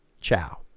Ciao